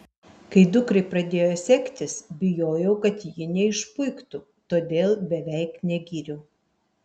kai dukrai pradėjo sektis bijojau kad ji neišpuiktų todėl beveik negyriau